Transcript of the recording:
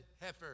heifer